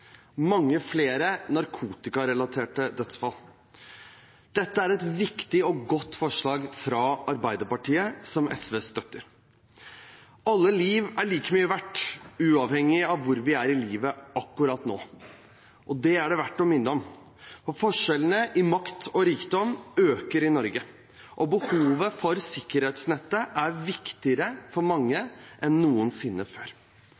et viktig og godt forslag fra Arbeiderpartiet, som SV støtter. Alle liv er like mye verdt, uavhengig av hvor vi er i livet akkurat nå. Det er det verdt å minne om, for forskjellene i makt og rikdom øker i Norge, og behovet for et sikkerhetsnett er for mange viktigere